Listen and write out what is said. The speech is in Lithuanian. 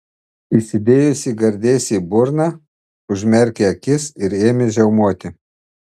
įsidėjusi gardėsį į burną užmerkė akis ir ėmė žiaumoti